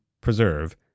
preserve